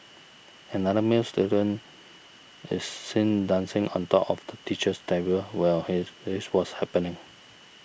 another male student is seen dancing on top of the teacher's table while his this was happening